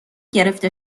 گرفته